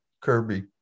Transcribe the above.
Kirby